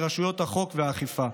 לרשויות החוק והאכיפה,